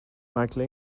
michael